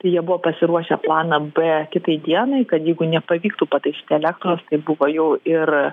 jie buvo pasiruošę planą b kitai dienai kad jeigu nepavyktų pataisyti elektros tai buvo jau ir